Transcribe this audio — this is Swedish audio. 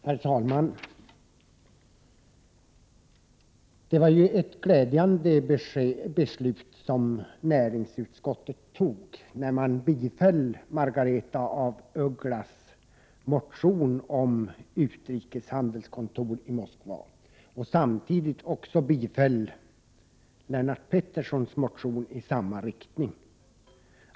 Herr talman! Det var ju ett glädjande beslut som näringsutskottet fattade då utskottet biföll Margaretha af Ugglas motion om utrikeshandelskontor i Moskva och samtidigt också biföll Lennart Petterssons motion i samma riktning.